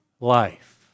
life